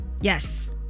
Yes